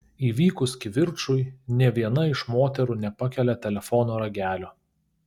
įvykus kivirčui nė viena iš moterų nepakelia telefono ragelio